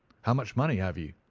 how much money have you?